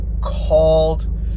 called